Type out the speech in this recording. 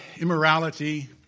immorality